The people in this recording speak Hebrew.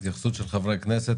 התייחסות של חברי הכנסת.